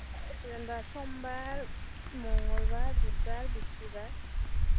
जेनेबा समबार मंगलबार बुधबार बिस्तिबार